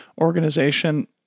organization